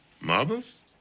Marbles